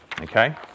okay